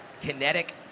kinetic